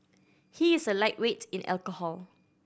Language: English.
he is a lightweight in alcohol